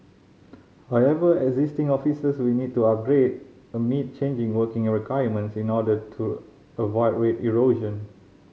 however existing offices will need to upgrade to meet changing working requirements in order to avoid rate erosion